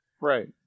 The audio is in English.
right